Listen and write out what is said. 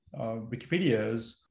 Wikipedias